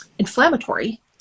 inflammatory